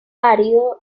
árido